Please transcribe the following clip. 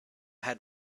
had